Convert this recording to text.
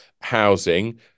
housing